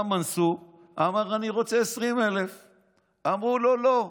בא מנסור ואמר: אני רוצה 20,000. אמרו לו: לא,